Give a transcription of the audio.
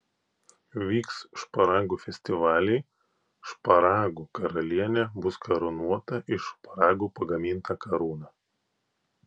vyks šparagų festivaliai šparagų karalienė bus karūnuota iš šparagų pagaminta karūna